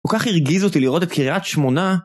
וכל כך הרגיז אותי לראות את קריית שמונה.